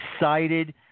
excited